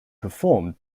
performed